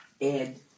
Ed